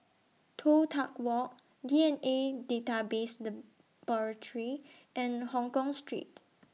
Toh Tuck Walk D N A Database Laboratory and Hongkong Street